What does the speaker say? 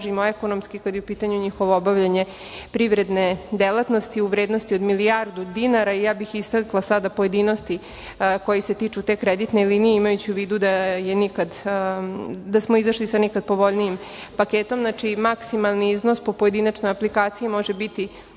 ekonomski kada je u pitanju njihovo obavljanje privredne delatnosti u vrednosti od milijardu dinara. Ja bih istakla sada pojedinosti koje se tiču te kreditne linije, imajući u vidu da smo izašli sa nikada povoljnijim paketom. Znači, maksimalni iznos po pojedinačnoj aplikaciji može biti